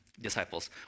disciples